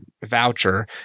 voucher